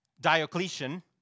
Diocletian